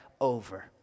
over